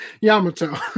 yamato